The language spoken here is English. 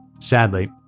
Sadly